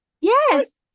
yes